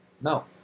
No